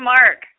Mark